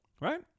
right